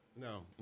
No